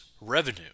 revenue